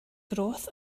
growth